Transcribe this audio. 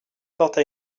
porte